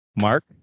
Mark